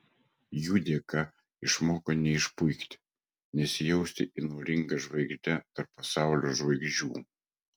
jų dėka išmoko neišpuikti nesijausti įnoringa žvaigžde tarp pasaulio žvaigždžių